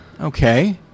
okay